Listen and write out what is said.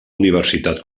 universitat